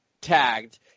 tagged